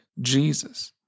Jesus